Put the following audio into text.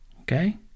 okay